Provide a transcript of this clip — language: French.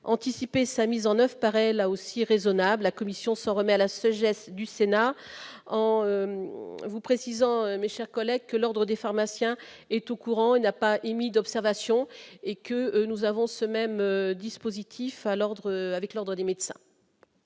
anticiper sa mise en 9 paraît là aussi raisonnable, la Commission s'en remet à la ce geste du Sénat en vous précisant, mes chers collègues, que l'Ordre des pharmaciens est au courant et n'a pas émis d'observation et que nous avons ce même dispositif à l'ordre avec l'Ordre des médecins.